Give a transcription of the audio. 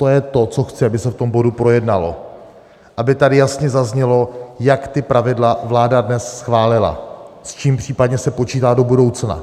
To je to, co chci, aby se v tom bodu projednalo, aby tady jasně zaznělo, jak ta pravidla vláda dnes schválila, s čím případně se počítá do budoucna.